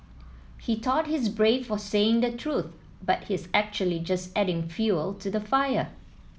he thought he's brave for saying the truth but he's actually just adding fuel to the fire